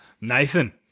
Nathan